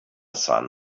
son